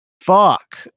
Fuck